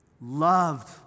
Loved